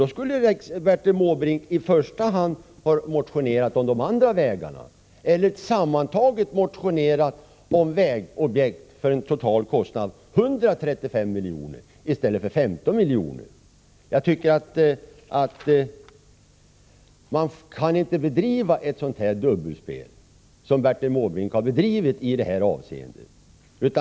Då borde Bertil Måbrink i första hand ha motionerat om de andra vägarna eller motionerat om vägobjekt för en totalkostnad av 135 miljoner i stället för 15 miljoner. Man kan inte få bedriva ett sådant dubbelspel som Bertil Måbrink i det här avseendet gjort.